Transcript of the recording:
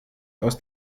aus